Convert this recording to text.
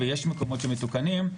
ויש מקומות שמתוקנים,